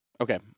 Okay